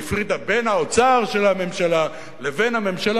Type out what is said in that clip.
והפרידה בין האוצר של הממשלה לבין הממשלה.